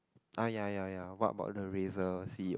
uh ya ya ya what about the razor c_e_o